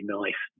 nice